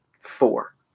four